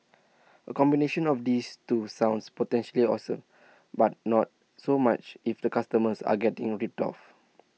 A combination of this two sounds potentially awesome but not so much if the customers are getting ripped off